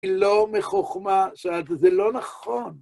לא מחוכמה ש... זה לא נכון.